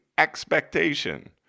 Expectation